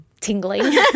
tingling